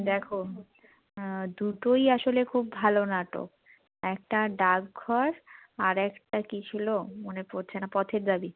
দেখো দুটোই আসলে খুব ভালো নাটক একটা ডাকঘর আর একটা কী ছিলো মনে পড়ছে না পথের দাবি